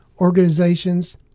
organizations